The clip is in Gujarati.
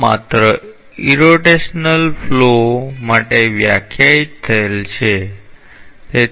આ માત્ર ઇરોટેશનલ ફ્લો માટે વ્યાખ્યાયિત થયેલ છે